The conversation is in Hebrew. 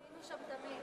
היינו שם תמיד.